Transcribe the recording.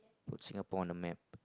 Singapore on the map